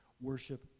worship